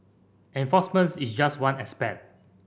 enforcement is just one aspect